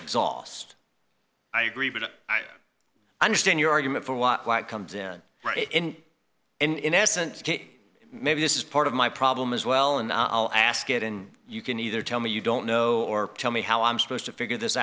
exhaust i agree but i understand your argument for watt light comes in right and in essence maybe this is part of my problem as well and i'll ask it and you can either tell me you don't know or tell me how i'm supposed to figure this